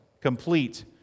complete